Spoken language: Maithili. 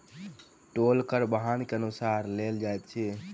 टोल कर वाहन के अनुसार लेल जाइत अछि